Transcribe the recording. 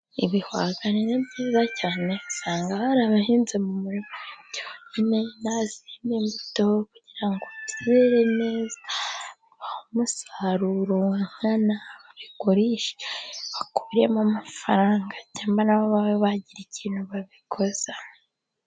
Ibihwagari ni byiza cyane usanga hari abahinze mu murima byonyine nta zindi mbuto, kugira ngo byere neza, bibahe umusaruro banabigurishe, babikuremo amafaranga, cyangwa nabo bababe bagira ikintu babikoza.